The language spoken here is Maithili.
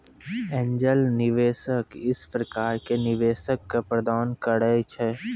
एंजल निवेशक इस तरह के निवेशक क प्रदान करैय छै